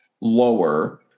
lower